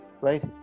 right